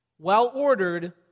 Well-ordered